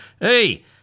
Hey